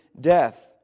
death